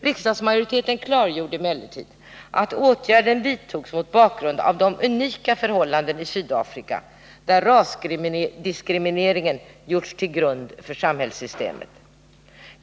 Riksdagsmajoriteten klargjorde emellertid att åtgärden vidtogs mot bakgrund av de unika förhållandena i Sydafrika, där rasdiskriminering gjorts till grund för samhällssystemet.